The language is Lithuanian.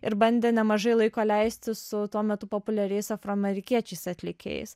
ir bandė nemažai laiko leisti su tuo metu populiariais afroamerikiečiais atlikėjais